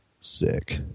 sick